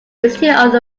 institute